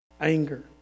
Anger